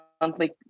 monthly